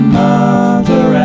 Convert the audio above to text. mother